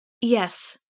Yes